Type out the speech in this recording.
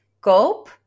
koop